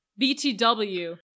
BTW